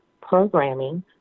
programming